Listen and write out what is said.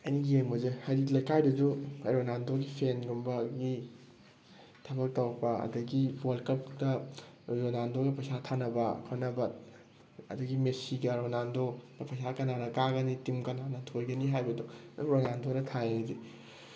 ꯑꯩꯅ ꯌꯦꯡꯕꯁꯦ ꯍꯥꯏꯗꯤ ꯂꯩꯀꯥꯏꯗꯁꯨ ꯔꯣꯅꯥꯜꯗꯣꯒꯤ ꯐꯦꯟꯒꯨꯝꯕ ꯑꯗꯒꯤ ꯊꯕꯛ ꯇꯧꯔꯛꯄ ꯑꯗꯒꯤ ꯋꯥꯔꯜ ꯀꯞꯇ ꯔꯣꯅꯥꯜꯗꯣꯗ ꯄꯩꯁꯥ ꯊꯥꯅꯕ ꯈꯣꯠꯅꯕ ꯑꯗꯨꯒꯤ ꯃꯦꯁꯤꯒ ꯔꯣꯅꯥꯜꯗꯣꯗ ꯄꯩꯁꯥ ꯀꯅꯥꯅ ꯀꯥꯒꯅꯤ ꯇꯤꯝ ꯀꯅꯥꯅ ꯊꯣꯏꯒꯅꯤ ꯍꯥꯏꯕꯗꯣ ꯑꯗꯨꯝ ꯔꯣꯅꯥꯜꯗꯣꯗ ꯊꯥꯏ ꯑꯩꯗꯤ